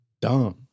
Dumb